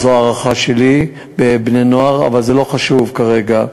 זו ההערכה שלי, בני-נוער, אבל זה לא חשוב כרגע.